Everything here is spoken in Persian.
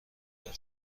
داده